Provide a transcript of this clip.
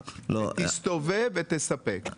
שתסתובב ותספק.